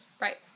Right